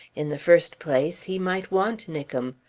in the first place he might want nickem.